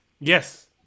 Yes